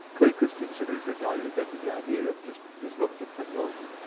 clay christensen, who's the guy who invented the idea of disruptive technology,